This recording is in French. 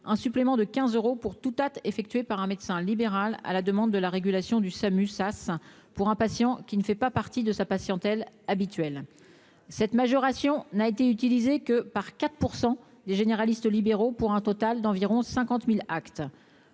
un supplément de 15 euros pour tout a effectué par un médecin libéral à la demande de la régulation du SAMU sas pour un patient qui ne fait pas partie de sa patiente elle habituel cette majoration n'a été utilisé que par 4 % des généralistes libéraux pour un total d'environ 50000 actes,